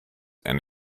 and